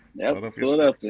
Philadelphia